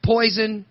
Poison